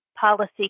policy